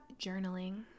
journaling